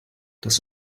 das